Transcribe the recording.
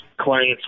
clients